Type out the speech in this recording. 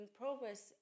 progress